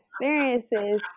experiences